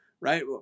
right